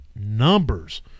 numbers